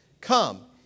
Come